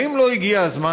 האם לא הגיע הזמן,